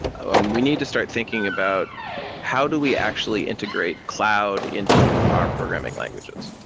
ah um we need to start thinking about how do we actually integrate cloud into our programming languages.